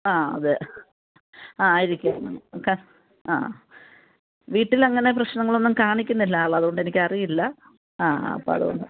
ആ അതെ ആ ആയിരിക്കാം ആ വീട്ടിൽ അങ്ങനെ പ്രശ്നങ്ങളൊന്നും കാണിക്കുന്നില്ല ആൾ അതുകൊണ്ട് എനിക്കറിയില്ല ആ അപ്പം അതുകൊണ്ട്